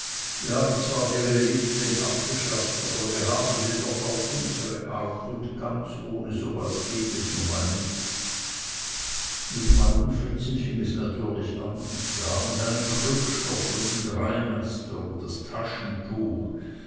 wir haben zwar die reliquien abgeschafft aber wir haben sie doch auf unsre art und ganz ohne so was geht es nu mal nicht mit dem alten fritzen fing es natürlich an wir haben seinen krückstock und den dreimaster und das taschentuch